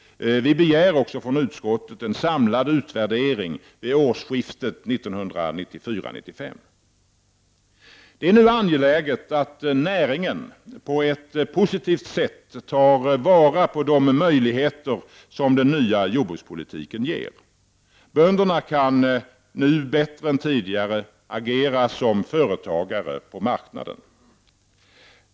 Vi begär även en samlad utvärdering vid årsskiftet 1994-1995. Det är nu angeläget att näringen på ett positivt sätt tar vara på de möjligheter som den nya jordbrukspolitiken ger. Bönderna kan nu bättre än tidigare agera som företagare på marknaden.